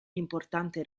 importante